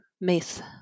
myth